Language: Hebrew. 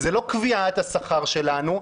זאת לא קביעת השכר שלנו,